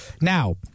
Now